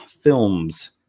films